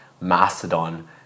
Mastodon